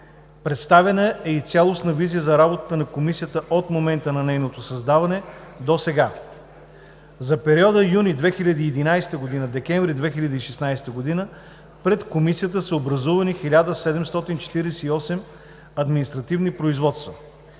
Представена е и цялостна визия за работата на Комисията от момента на нейното създаване досега. За периода юни 2011 – декември 2016 пред КПУКИ са образувани 1748 административни производства.